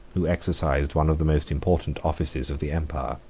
who exercised one of the most important offices of the empire.